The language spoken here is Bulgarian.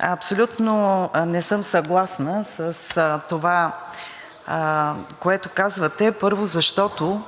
Абсолютно не съм съгласна с това, което казвате. Първо, защото,